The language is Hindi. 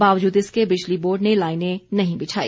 बावजूद इसके बिजली बोर्ड ने लाइनें नहीं बिछाई